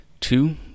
Two